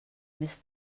més